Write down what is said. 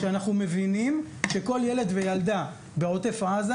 כשאנחנו מבינים שכל ילד וילדה בעוטף עזה